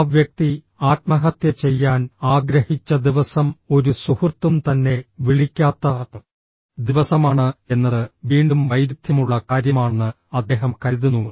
ആ വ്യക്തി ആത്മഹത്യ ചെയ്യാൻ ആഗ്രഹിച്ച ദിവസം ഒരു സുഹൃത്തും തന്നെ വിളിക്കാത്ത ദിവസമാണ് എന്നത് വീണ്ടും വൈരുദ്ധ്യമുള്ള കാര്യമാണെന്ന് അദ്ദേഹം കരുതുന്നു